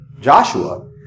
Joshua